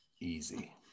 Easy